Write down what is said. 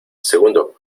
segundo